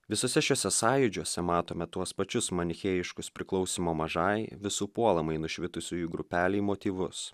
visuose šiose sąjūdžiuose matome tuos pačius manichėjiškus priklausymo mažai visų puolamai nušvitusiųjų grupelei motyvus